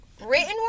written